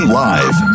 live